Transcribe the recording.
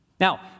Now